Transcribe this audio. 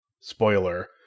Spoiler